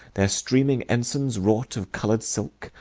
their streaming ensigns, wrought of coloured silk,